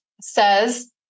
says